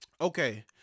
Okay